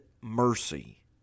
mercy